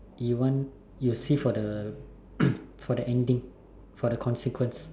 you want you see for the for the ending for the consequence